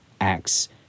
Acts